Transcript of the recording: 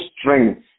strength